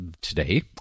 today